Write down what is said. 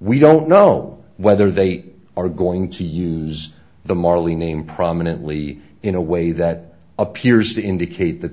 we don't know whether they are going to use the marley name prominently in a way that appears to indicate that